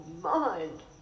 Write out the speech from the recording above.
mind